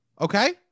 Okay